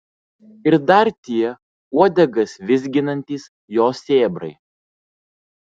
ir dar tie uodegas vizginantys jo sėbrai